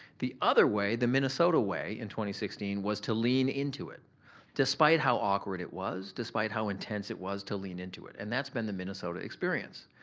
the other way, the minnesota way in sixteen was to lean into it despite how awkward it was, despite how intense it was to lean into it and that's been the minnesota experience.